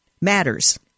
matters